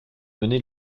mener